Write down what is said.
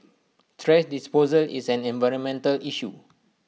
thrash disposal is an environmental issue